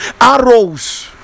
arrows